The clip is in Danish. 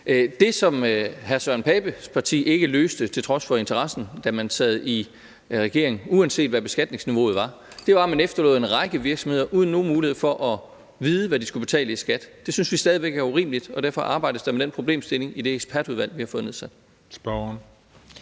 Pape Poulsens parti ikke løste til trods for interessen, da man sad i regering, uanset hvad beskatningsniveauet var, var, at man efterlod en række virksomheder uden mulighed for at vide, hvad de skulle betale i skat. Det synes vi stadig væk er urimeligt, og derfor arbejdes der med den problemstilling i det ekspertudvalg, vi har fået nedsat.